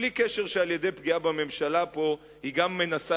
בלי קשר לזה שעל-ידי פגיעה בממשלה פה היא גם מנסה